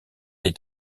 des